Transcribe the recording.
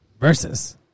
versus